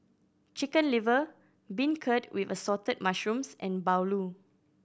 Chicken Liver beancurd with Assorted Mushrooms and bahulu